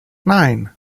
nine